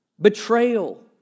betrayal